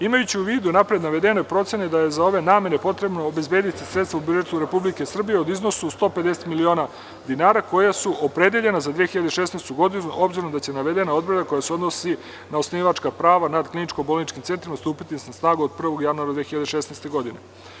Imajući u vidu napred navedene procene da je za ove namene potrebno obezbediti sredstva u budžetu Republike Srbije u iznosu od 150 miliona dinara, koja su opredeljena za 2016. godinu, obzirom da će navedena odredba koja se odnosi na osnivačka prava nad kliničko-bolničkim centrima stupiti na snagu od 1. januara 2016. godine.